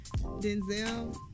Denzel